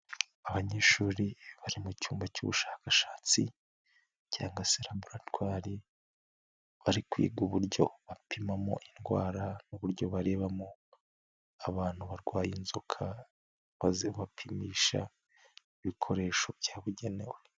Abanyeshuri bari mu cyumba cy'ubushakashatsi, cyangwa se laboratwari bari kwiga uburyo bapimamo indwara n'uburyo barebamo abantu barwaye inzoka, maze bapimisha ibikoresho byabugenewe.